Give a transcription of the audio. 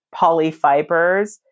polyfibers